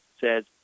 says